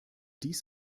dies